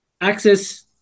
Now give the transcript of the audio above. access